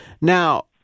Now